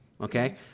Okay